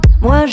moi